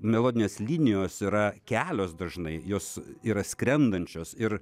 melodinės linijos yra kelios dažnai jos yra skrendančios ir